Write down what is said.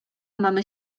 mamy